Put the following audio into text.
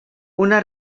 una